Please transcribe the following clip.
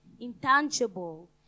intangible